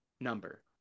number